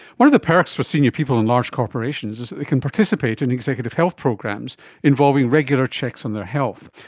one of the perks for senior people in large corporations is that they can participate in executive health programs involving regular checks on their health.